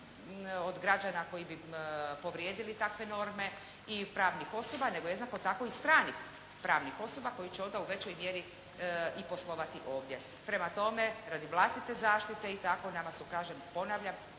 od građana koji bi povrijedili takve norme i pravnih osoba nego jednako tako i stranih pravnih osoba koje će onda u većoj mjeri i poslovati ovdje. Prema tome radi vlastite zaštite i tako nama su kažem i ponavljam